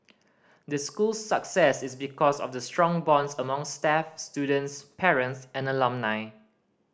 the school's success is because of the strong bonds among staff students parents and alumni